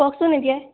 কওকচোন এতিয়াই